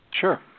Sure